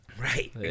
Right